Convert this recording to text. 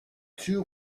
two